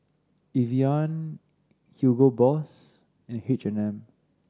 Evian Hugo Boss and H and M